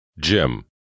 Jim